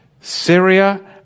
Syria